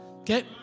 Okay